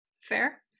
fair